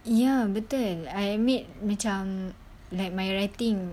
ya betul I made macam like my writing